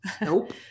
Nope